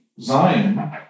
Zion